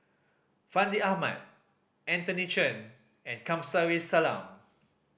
Fandi Ahmad Anthony Chen and Kamsari Salam